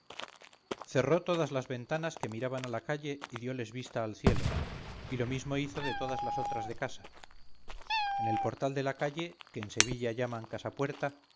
cerró todas las ventanas que miraban a la calle y dioles vista al cielo y lo mismo hizo de todas las otras de casa en el portal de la calle que en sevilla llaman